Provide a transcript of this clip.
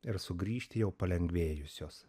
ir sugrįžti jau palengvėjusios